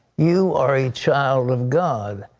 you are a child of god.